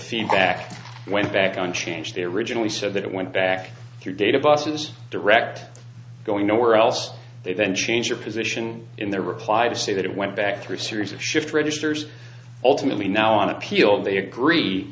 feedback went back on change their originally said that it went back to your data busses direct going nowhere else they then change your position in their reply to say that it went back through a series of shift registers ultimately now on appeal they agree